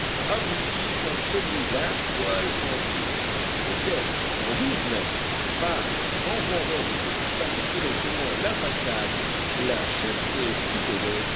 aboutit comme celui d'un poêle en tôle peut-être sans doute même par les grands vents d'est qui battaient directement la façade la cheminée fumerait